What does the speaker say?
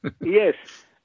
Yes